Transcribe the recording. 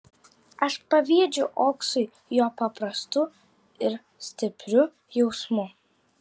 aš pavydžiu oksui jo paprastų ir stiprių jausmų